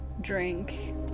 Drink